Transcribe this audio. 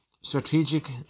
strategic